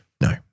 No